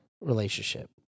relationship